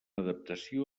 adaptació